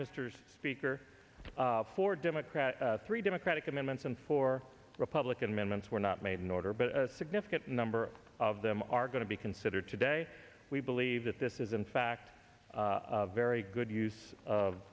mr speaker four democrats three democratic amendments and four republican amendments were not made in order but a significant number of them are going to be considered today we believe that this is in fact a very good use of